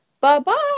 Bye-bye